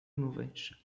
nuvens